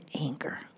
anger